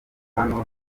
hano